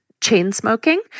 chain-smoking